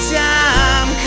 time